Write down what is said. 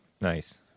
nice